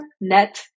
Net